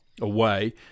away